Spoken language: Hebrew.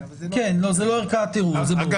אבל כן, זו לא ערכאת ערעור, זה ברור.